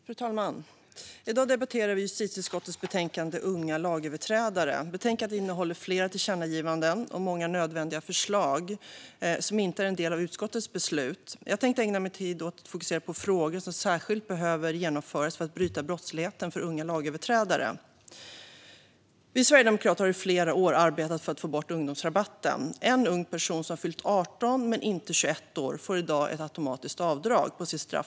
Fru talman! I dag debatterar vi justitieutskottets betänkande Unga lag överträdare . Betänkandet innehåller flera tillkännagivanden och många nödvändiga förslag som inte är en del av utskottets förslag. Jag tänkte ägna min tid åt att fokusera på sådant som särskilt behöver genomföras för att bryta brottsligheten hos unga lagöverträdare. Vi sverigedemokrater har i flera år arbetat för att få bort ungdomsrabatten. En ung person som har fyllt 18 men inte 21 år får i dag ett automatiskt avdrag på sitt straff.